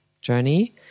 journey